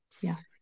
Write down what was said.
Yes